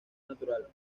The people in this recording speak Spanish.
natural